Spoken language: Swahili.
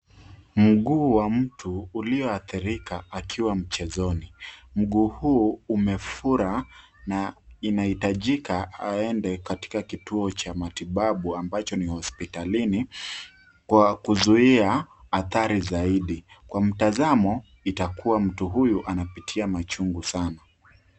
Mguu wa mtu ulio athirika akiwa mchezoni. Mguu huu umefura na inahitajika aende katika kituo cha matibabu ambacho ni hospitalini kwa kuzuia hatari zaidi. Kwa mtazamo itakuwa mtu huyu anapitia machungu sana.